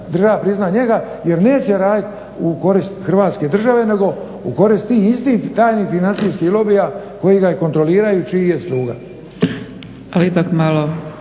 država priznati njega jer neće raditi u korist Hrvatske države nego u korist tih istih tajnih financijskih lobija koji ga kontroliraju čiji je sluga. **Zgrebec,